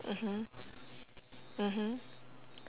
mmhmm mmhmm